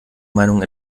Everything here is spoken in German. meinung